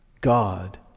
God